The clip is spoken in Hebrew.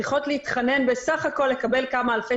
צריכות להתחנן בסך הכול לקבל כמה אלפי